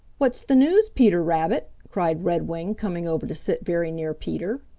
what's the news, peter rabbit? cried redwing, coming over to sit very near peter.